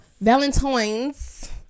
valentines